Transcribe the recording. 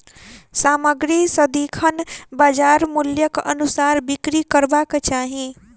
सामग्री सदिखन बजार मूल्यक अनुसार बिक्री करबाक चाही